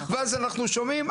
ואז אנחנו שומעים,